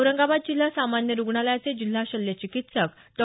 औरंगाबाद जिल्हा सामान्य रूग्णालयाचे जिल्हा शल्यचिकित्सक डॉ